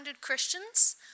Christians